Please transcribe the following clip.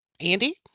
Andy